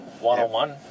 one-on-one